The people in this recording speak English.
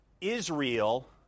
Israel